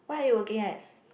what are you working as